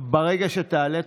ברגע שתעלה,